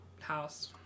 house